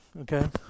okay